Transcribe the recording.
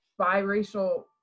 biracial